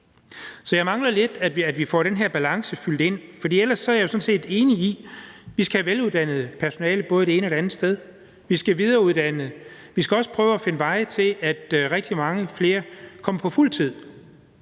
jeg mangler lidt, at vi får den her balance lagt ind, for ellers er jeg jo sådan set enig i, at vi skal have veluddannet personale både det ene og det andet sted. Vi skal videreuddanne, og vi skal også prøve at finde veje til, at rigtig mange flere kommer på fuld tid.